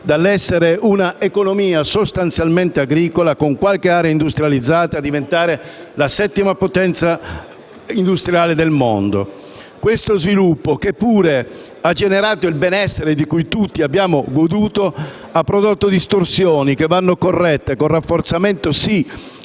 dall'essere un'economia sostanzialmente agricola, con qualche area industrializzata, a diventare la settima potenza industriale del mondo. Questo sviluppo, che pure ha generato il benessere di cui tutti abbiamo goduto, ha prodotto distorsioni che vanno corrette con il rafforzamento sì